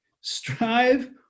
Strive